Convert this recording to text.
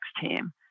team